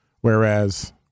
whereas